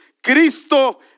Cristo